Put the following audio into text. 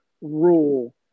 rule